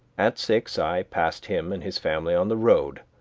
at six i passed him and his family on the road.